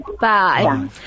Bye